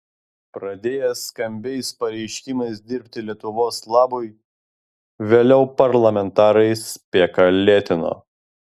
pradėję skambiais pareiškimais dirbti lietuvos labui vėliau parlamentarai spėką lėtino